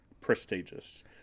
prestigious